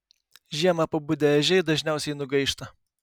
žiemą pabudę ežiai dažniausiai nugaišta